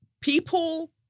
People